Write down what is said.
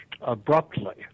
abruptly